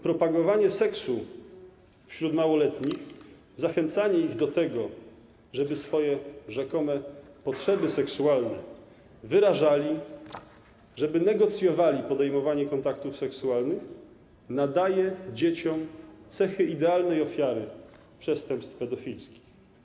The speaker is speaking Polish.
Propagowanie seksu wśród małoletnich, zachęcanie ich do tego, żeby wyrażali swoje rzekome potrzeby seksualne, żeby negocjowali podejmowanie kontaktów seksualnych, nadaje dzieciom cechy idealnej ofiary przestępstw pedofilskich.